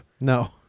No